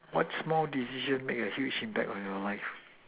what small decision make a huge impact on your life